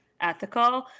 ethical